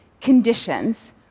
conditions